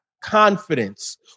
confidence